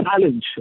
challenge